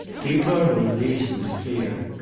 to ricardo the reason was clear.